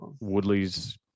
Woodley's